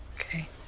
Okay